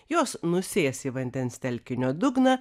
jos nusės į vandens telkinio dugną